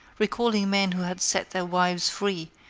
recalling men who had set their wives free,